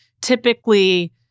typically